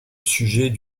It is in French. sujet